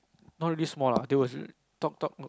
not really small lah they would